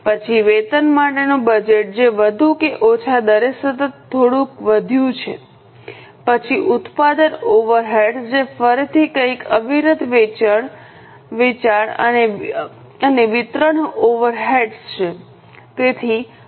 પછી વેતન માટેનું બજેટ જે વધુ કે ઓછા દરે સતત થોડુંક વધ્યું છે પછી ઉત્પાદન ઓવરહેડ્સ જે ફરીથી કંઈક અવિરત વેચાણ અને વિતરણ ઓવરહેડ્સ છે